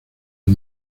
del